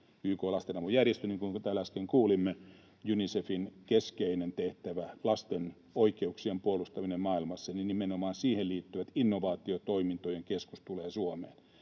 YK:n lastenavun järjestö. Niin kuin täällä äsken kuulimme, Unicefin keskeiseen tehtävään, lasten oikeuksien puolustamiseen maailmassa, nimenomaan siihen liittyvä innovaatiotoimintojen keskus tulee Suomeen.